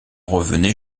revenait